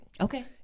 Okay